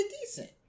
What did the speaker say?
decent